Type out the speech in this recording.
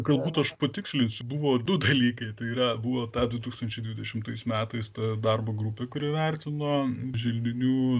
galbūt aš patikslinsiu buvo du dalykai tai yra buvo ta du tūkstančiai dvidešimtais metais ta darbo grupė kuri vertino želdinių